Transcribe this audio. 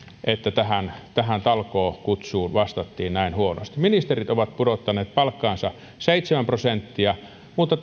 että tähän tähän talkookutsuun on vastattu näin huonosti ministerit ovat pudottaneet palkkaansa seitsemän prosenttia mutta